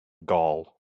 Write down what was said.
gall